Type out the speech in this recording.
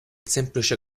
semplice